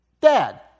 Dad